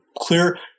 clear